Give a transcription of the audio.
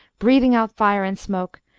breathing out fire and smoke,